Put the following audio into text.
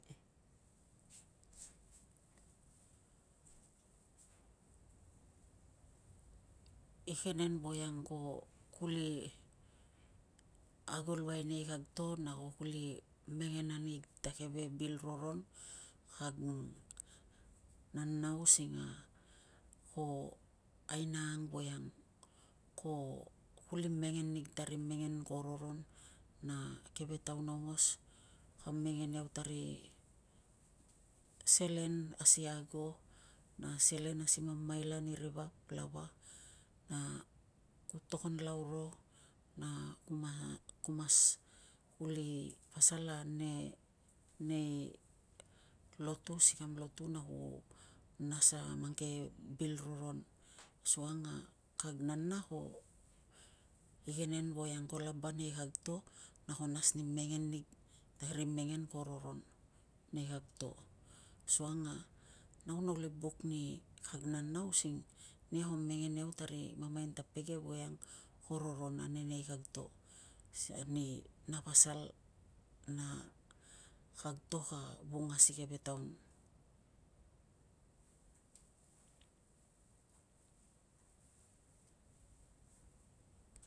Igenen voiang ko uli ago luai nei kag to na no uli mengen anig ta keve bil roron kag nana using ko aina ang voiang ko uli mengen nig ta mengen ko roron na keve taun aungos ka mengen iau ta ri selen asi ago na selen asi mamala ni ri vap lava na ku togon lau ro na ku mas uli pasal ane nei lotu, si kam lotu na ku nas a mang ke bil roron. Asukang a kag nana ko igenen voiang ko laba nei kag to na ko nas ni mengen nig ta ri mengen ko roron nei kag to, asukang a nau no uli buk ani kag nana using nia ko mengen iau ta ri mamain ta pege ang voiang ko roron ane nei kag to ani na pasal na kag to ka vunga si keve taun.